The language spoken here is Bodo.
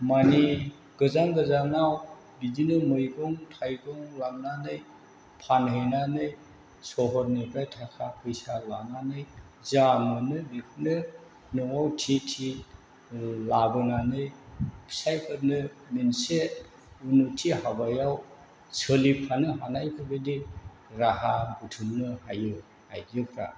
मानि गोजान गोजानाव बिदिनो मैगं थाइगं लांनानै फानहैनानै सहरनिफ्राय थाखा फैसा लानानै जा मोनो बेखौनो न'आव थि थि लाबोनानै फिसायफोरनो मोनसे उनत्ति हाबायाव सोलिफानो हानाय बेफोरबायदि राहा बुथुमनो हायो आइजोफ्रा